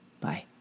Bye